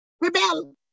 rebel